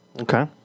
Okay